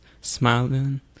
Smiling